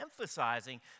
emphasizing